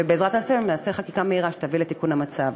ובעזרת השם, נחוקק חקיקה מהירה שתביא לתיקון המצב.